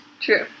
True